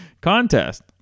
contest